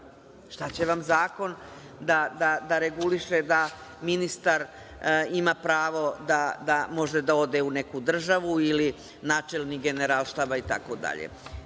Šta će vam zakon da reguliše da ministar ima pravo da može da ode u neku državu ili načelnik Generalštaba,